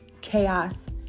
chaos